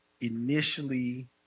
initially